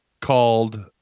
Called